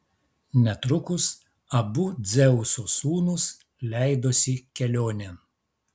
netrukus abu dzeuso sūnūs leidosi kelionėn